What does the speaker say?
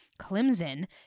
Clemson